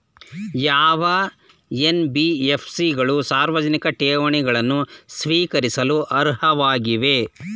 ಯಾವ ಎನ್.ಬಿ.ಎಫ್.ಸಿ ಗಳು ಸಾರ್ವಜನಿಕ ಠೇವಣಿಗಳನ್ನು ಸ್ವೀಕರಿಸಲು ಅರ್ಹವಾಗಿವೆ?